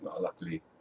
luckily